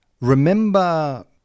Remember